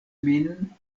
min